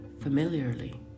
familiarly